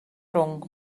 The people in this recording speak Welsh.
rhwng